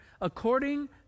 according